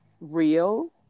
real